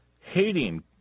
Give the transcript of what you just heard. hating